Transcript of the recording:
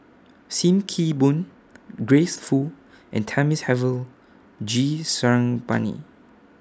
SIM Kee Boon Grace Fu and Thamizhavel G Sarangapani